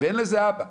ואין לזה אבא.